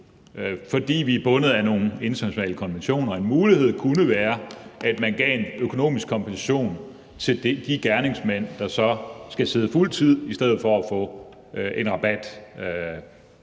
fordi vi er bundet af nogle internationale konventioner – kunne være, at man gav en økonomisk kompensation til de gerningsmænd, der skal sidde fuld tid, altså i stedet for at give dem en rabat,